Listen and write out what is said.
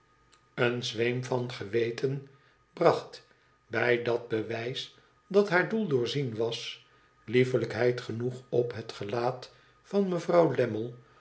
een zweem van geweten bracht bij dat bewijs dat haar doel doorzien was liefelijkheid genoeg op het gelaat van mevrouw